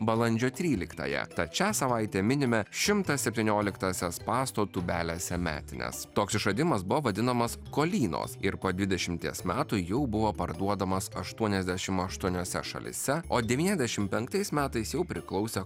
balandžio tryliktąją tad šią savaitę minime šimtas septynioliktąsias pasto tūbelėse metines toks išradimas buvo vadinamas kolynos ir po dvidešimies metų jau buvo parduodamas aštuoniasdešim aštuoniose šalyse o devyniasdešim penktais metais jau priklausė